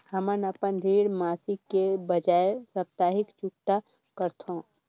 हमन अपन ऋण मासिक के बजाय साप्ताहिक चुकता करथों